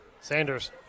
Sanders